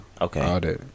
Okay